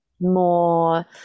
more